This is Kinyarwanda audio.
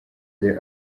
the